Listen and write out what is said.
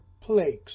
plagues